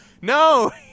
no